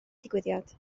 digwyddiad